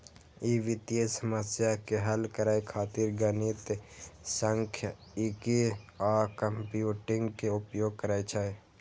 ई वित्तीय समस्या के हल करै खातिर गणित, सांख्यिकी आ कंप्यूटिंग के उपयोग करै छै